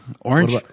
orange